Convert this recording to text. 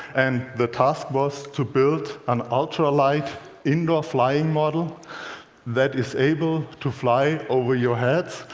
and the task was to build an ultralight indoor-flying model that is able to fly over your heads.